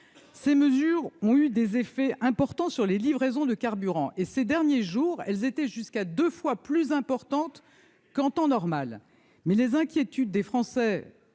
ces mesures ont eu des effets importants sur les livraisons de carburant et ces derniers jours, elles étaient jusqu'à 2 fois plus importante qu'en temps normal, mais les inquiétudes des Français,